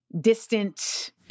distant